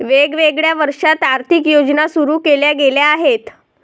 वेगवेगळ्या वर्षांत आर्थिक योजना सुरू केल्या गेल्या आहेत